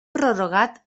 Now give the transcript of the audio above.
prorrogat